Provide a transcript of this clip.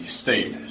state